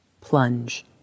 Plunge